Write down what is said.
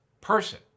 person